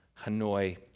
Hanoi